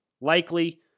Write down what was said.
Likely